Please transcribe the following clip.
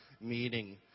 meeting